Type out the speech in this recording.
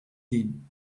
din